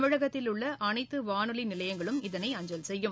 தமிழகத்தில் உள்ள அனைத்து வானொலி நிலையங்களும் இதனை அஞ்சல் செய்யும்